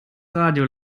radio